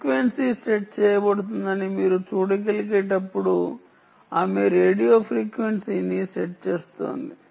frequency set చేయబడుతుందని మీరు చూడగలిగేటప్పుడు ఆమె రేడియో ఫ్రీక్వెన్సీని సెట్ చేస్తోంది